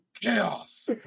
Chaos